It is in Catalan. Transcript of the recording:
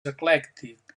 eclèctic